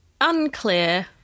unclear